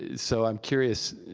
so i'm curious,